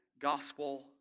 gospel